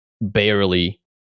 barely